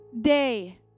day